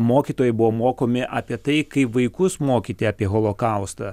mokytojai buvo mokomi apie tai kaip vaikus mokyti apie holokaustą